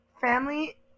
Family